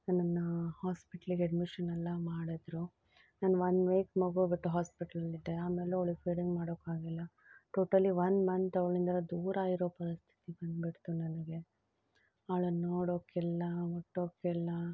ನನ್ನ ಹಾಸ್ಪಿಟ್ಲಿಗೆ ಅಡ್ಮಿಷನ್ ಎಲ್ಲ ಮಾಡಿದ್ರು ನಾನು ಒನ್ ವೀಕ್ ಮಗು ಆಗಿಬಿಟ್ಟು ಹಾಸ್ಪಿಟ್ಲಲ್ಲಿದ್ದೆ ಆಮೇಲೆ ಅವ್ಳಿಗೆ ಫೀಡಿಂಗ್ ಮಾಡೋಕ್ಕಾಗೋಲ್ಲ ಟೋಟಲಿ ಒನ್ ಮಂತ್ ಅವಳಿಂದ ದೂರ ಇರೋ ಪರಿಸ್ಥಿತಿ ಬಂದ್ಬಿಡ್ತು ನನಗೆ ಅವ್ಳನ್ನ ನೋಡೋಕ್ಕೆಲ್ಲ ಮುಟ್ಟೋಕ್ಕೆಲ್ಲ